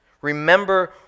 Remember